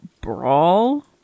brawl